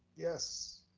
yes.